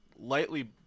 lightly